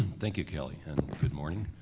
thank you, kelly, and good morning.